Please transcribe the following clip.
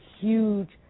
huge